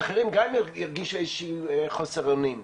האחרים גם ירגישו איזה שהוא חוסר אונים.